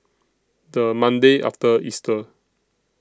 The Monday after Easter